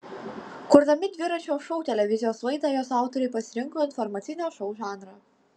kurdami dviračio šou televizijos laidą jos autoriai pasirinko informacinio šou žanrą